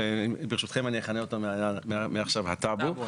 ברשותכם אני אכנה אותם מעכשיו הטאבו,